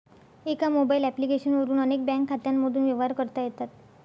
एका mobile application वरून अनेक बँक खात्यांमधून व्यवहार करता येतात